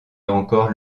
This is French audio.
encore